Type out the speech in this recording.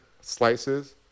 slices